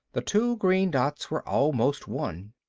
the two green dots were almost one.